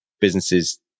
businesses